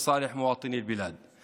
שלה את החלשת סמכויות הרשות השופטת,